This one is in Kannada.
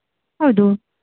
ಹೌದು